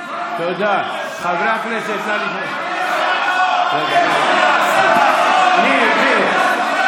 חבר הכנסת אלי כהן, מלכיאלי,